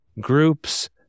groups